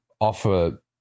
offer